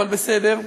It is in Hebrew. אבל בסדר.